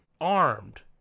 armed